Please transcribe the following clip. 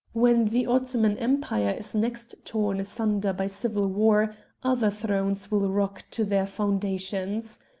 when the ottoman empire is next torn asunder by civil war other thrones will rock to their foundations.